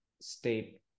state